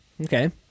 Okay